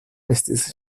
estis